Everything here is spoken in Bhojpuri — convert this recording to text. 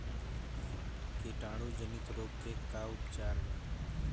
कीटाणु जनित रोग के का उपचार बा?